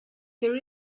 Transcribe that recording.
there